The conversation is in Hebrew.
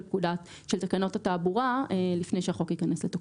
תקנות התעבורה לפני שהחוק ייכנס לתוקף.